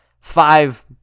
five